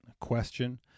question